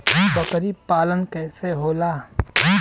बकरी पालन कैसे होला?